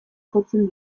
jotzen